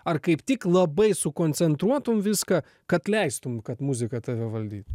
ar kaip tik labai sukoncentruotum viską kad leistum kad muzika tave valdytų